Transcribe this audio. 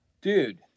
dude